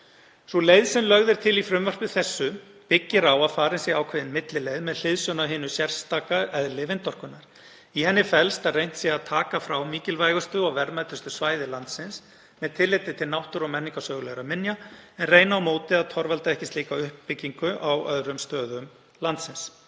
Sú leið sem lögð er til í frumvarpi þessu byggir á að farin sé ákveðin millileið með hliðsjón af hinu sérstaka eðli vindorkunnar. Í henni felst að reynt sé að taka frá mikilvægustu og verðmætustu svæði landsins með tilliti til náttúru og menningarsögulegra minja en reyna á móti að torvelda ekki slíka uppbyggingu á öðrum stöðum landsins.